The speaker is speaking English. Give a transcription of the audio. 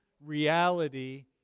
reality